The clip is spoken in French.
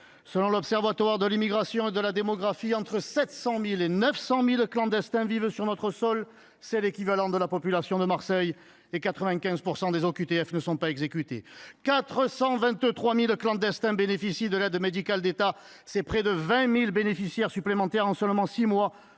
Selon l’Observatoire de l’immigration et de la démographie (OID), entre 700 000 et 900 000 clandestins vivent sur notre sol. C’est l’équivalent de la population de Marseille. Par ailleurs, 95 % des OQTF ne sont pas exécutées. De plus, 423 000 clandestins bénéficient de l’aide médicale de l’État. C’est près de 20 000 bénéficiaires supplémentaires en seulement six mois